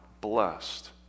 blessed